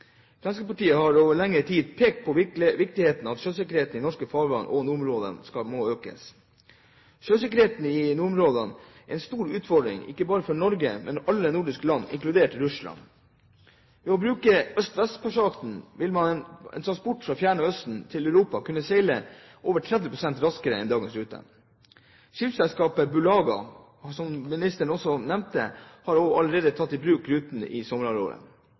Fremskrittspartiet har over lengre tid pekt på viktigheten av at sjøsikkerheten i norske farvann og nordområdene økes. Sjøsikkerheten i nordområdene er en stor utfordring, ikke bare for Norge, men for alle nordiske land, inkludert Russland. Ved å bruke øst–vest-passasjen vil man ved en transport fra Det fjerne østen til Europa kunne seile over 30 pst. raskere enn med dagens rute, som ministeren også nevnte. Skipsselskapet Beluga har allerede tatt i bruk ruten i